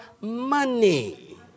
money